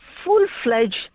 full-fledged